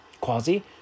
Quasi